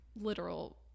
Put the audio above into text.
literal